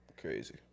Crazy